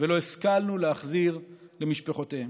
ולא השכלנו להחזיר למשפחותיהם.